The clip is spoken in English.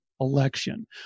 election